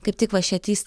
kaip tik va šie trys